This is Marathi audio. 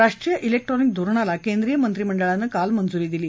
राष्ट्रीय ज्ञेक्ट्रॉनिक धोरणाला केंद्रीय मंत्रिमंडळानं काल मंजूरी दिली